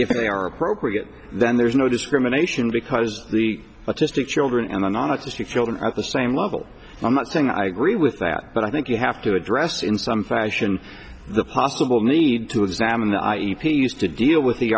if they are appropriate then there is no discrimination because the autistic children and an honesty children at the same level i'm not saying i agree with that but i think you have to address in some fashion the possible need to examine the e p used to deal with the